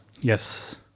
Yes